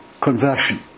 conversion